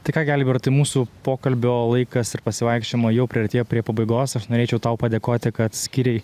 tai ką gi albertai mūsų pokalbio laikas pasivaikščiojimo jau priartėjo prie pabaigos aš norėčiau tau padėkoti kad skyrei